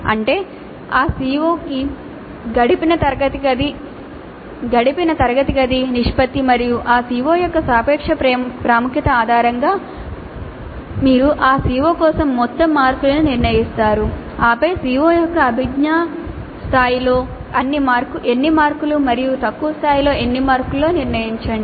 అంటే ఆ CO కి గడిపిన తరగతి గది నిష్పత్తి మరియు ఆ CO యొక్క సాపేక్ష ప్రాముఖ్యత ఆధారంగా మీరు ఆ CO కోసం మొత్తం మార్కులను నిర్ణయిస్తారు ఆపై CO యొక్క అభిజ్ఞా స్థాయిలో ఎన్ని మార్కులు మరియు తక్కువ స్థాయిలో ఎన్ని మార్కులో నిర్ణయించండి